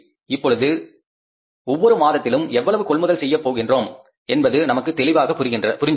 இப்பொழுது ஒவ்வொரு மாதத்திலும் எவ்வளவு கொள்முதல் செய்யப் போகின்றோம் என்பது நமக்கு தெளிவாக புரிந்துள்ளது